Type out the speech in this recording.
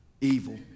evil